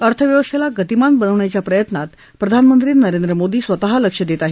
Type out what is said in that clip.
अर्थव्यवस्थेला गतिमान बनवण्याच्या प्रयत्नात प्रधानमंत्री नरेंद्र मोदी स्वतः लक्ष देत आहेत